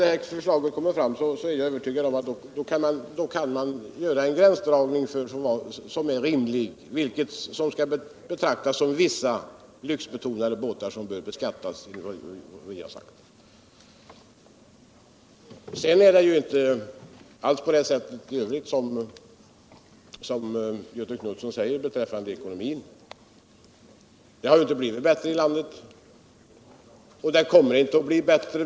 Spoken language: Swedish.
Jag är övertygad om att när det förslaget föreligger. så kan man också göra en rimlig gränsdragning för vilka båtar som skall betraktas som lyxbetonade båtar eller inte. Vad sedan ekonomin beträffar är det inte alls så som Göthe Knutson säger. Det har ju inte blivit bättre här i landet, och det kommer inte heller att bli bättre.